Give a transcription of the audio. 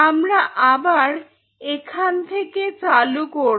আমরা আবার এখান থেকে চালু করব